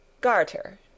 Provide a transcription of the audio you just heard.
GARTER